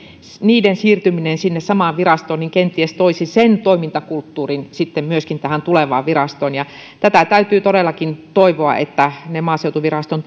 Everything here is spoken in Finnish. niiden siirtyminen samaan virastoon kenties toisi sen toimintakulttuurin myöskin tähän tulevaan virastoon tätä täytyy todellakin toivoa että maaseutuviraston